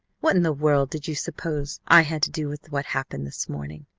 what in the world did you suppose i had to do with what happened this morning?